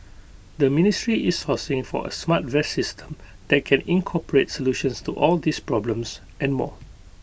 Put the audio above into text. the ministry is sourcing for A smart vest system that can incorporate solutions to all these problems and more